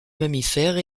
mammifères